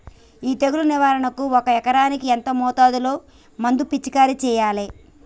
ఈ తెగులు నివారణకు ఒక ఎకరానికి ఎంత మోతాదులో మందు పిచికారీ చెయ్యాలే?